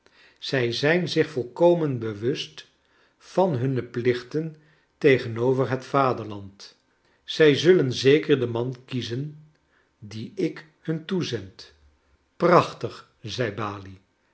zij zijn zich volkomen bewust van hunne plichten tegenover het vaderland zij zullen zeker den man kiezen dien ik hun toezend prachtig zei balie